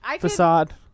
facade